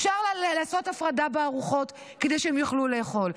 אפשר לעשות הפרדה בארוחות כדי שהם יוכלו לאכול.